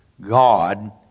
God